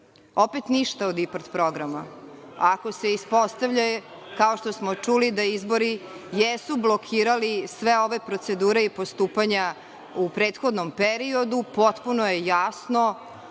Opet ništa od IPARD programa, ako se ispostavi, kao što smo čuli da izbori jesu blokirali sve ove procedure i postupanja u prethodnom periodu, potpuno je jasno